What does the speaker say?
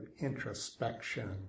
introspection